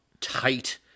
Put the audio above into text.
tight